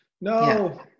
No